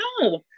no